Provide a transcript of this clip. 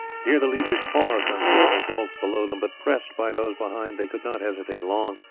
here the leaders paused on seeing the gulf below them, but pressed by those behind they could not hesitate long,